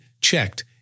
checked